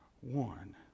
one